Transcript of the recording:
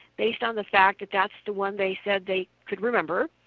based on the fact that that's the one they said they could remember.